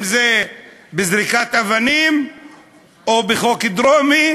אם בזריקת אבנים או בחוק דרומי,